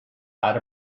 out